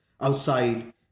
outside